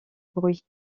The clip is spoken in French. bruit